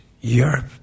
Europe